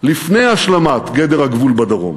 לפני השלמת גדר הגבול בדרום.